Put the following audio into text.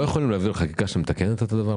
אנחנו לא יכולים להעביר חקיקה שמתקנת את זה?